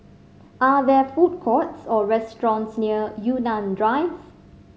are there food courts or restaurants near Yunnan Drive